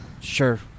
Sure